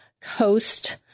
coast